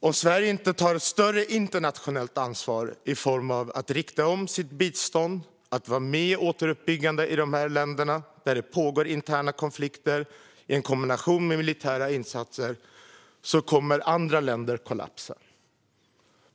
Om Sverige inte tar ett större internationellt ansvar i form av att rikta om sitt bistånd och vara med vid återuppbyggandet i de här länderna, där det pågår interna konflikter, i kombination med militära insatser kommer andra länder att kollapsa.